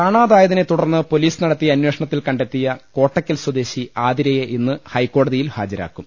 കാണാതായതിനെ തുടർന്ന് പൊലീസ് നടത്തിയ അന്വേഷ ണത്തിൽ കണ്ടെത്തിയ കോട്ടക്കൽ സ്വദേശി ആതിരയെ ഇന്ന് ഹൈക്കോടതിയിൽ ഹാജരാക്കും